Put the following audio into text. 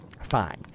Fine